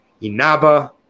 Inaba